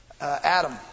Adam